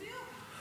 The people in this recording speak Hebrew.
בדיוק.